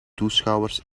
toeschouwers